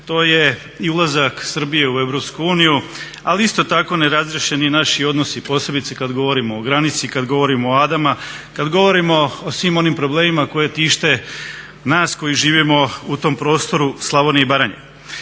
to je i ulazak Srbije u Europsku uniju ali isto tako nerazriješeni i naši odnosi posebice kada govorimo o granici, kada govorimo o …/Govornik se ne razumije./… kada govorimo o svim onim problemima koje tište nas koji živimo u tom prostoru Slavonije i Baranje.